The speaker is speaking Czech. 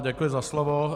Děkuji za slovo.